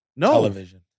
television